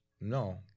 No